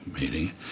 meeting